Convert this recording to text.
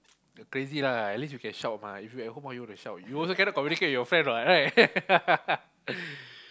you crazy lah at least you can shout mah if you at home how you wanna shout you also cannot communicate with your friend what right